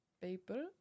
paper